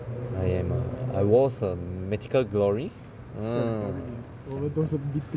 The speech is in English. I am a I was a mythical glory mm